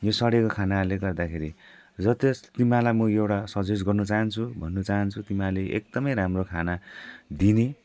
यो सडिएको खानाहरूले गर्दाखेरि जति होस् तिमीहरूलाई म एउटा सजेस गर्न चाहन्छु भन्नु चाहन्छु तिमीहरूले एकदमै राम्रो खाना दिने